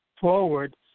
forward